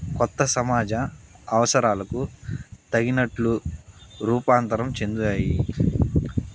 కొత్త సమాజ అవసరాలకు తగినట్లు రూపాంతరం చెందాయి